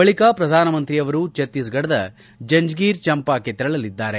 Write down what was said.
ಬಳಿಕ ಪ್ರಧಾನಮಂತ್ರಿಯವರು ಛತ್ತೀಸ್ಫಡದ ಜಂಜ್ಗಿರ್ ಚಂಪಾಕ್ಕೆ ತೆರಳಲಿದ್ದಾರೆ